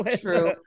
true